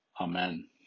Amen